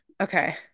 okay